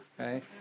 okay